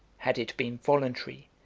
had it been voluntary,